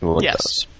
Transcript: Yes